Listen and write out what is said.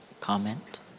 comment